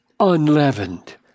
unleavened